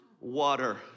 water